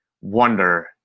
wonder